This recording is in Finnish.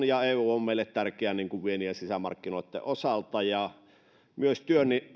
ja eu ovat meille tärkeitä viennin ja sisämarkkinoitten osalta ja myös